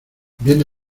viene